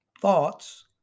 thoughts